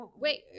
Wait